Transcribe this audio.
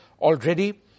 already